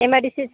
M I D C